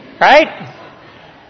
Right